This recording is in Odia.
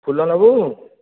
ଫୁଲ ନେବୁ